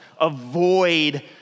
avoid